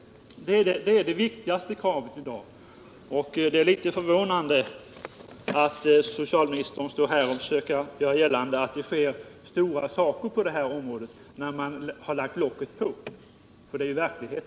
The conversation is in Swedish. I den inryms, som jag sade, viktiga krav. Det är litet förvånande att höra socialministern stå här och försöka göra gällande att det sker stora saker på detta område när verkligheten är den att man har lagt på locket.